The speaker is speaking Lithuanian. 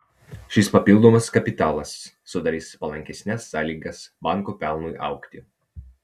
šis papildomas kapitalas sudarys palankesnes sąlygas banko pelnui augti